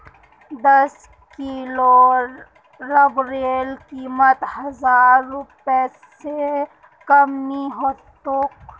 दस किलो रबरेर कीमत हजार रूपए स कम नी ह तोक